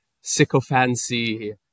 sycophancy